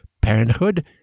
Parenthood